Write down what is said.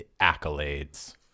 accolades